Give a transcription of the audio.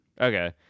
okay